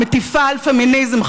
מטיפה על פמיניזם.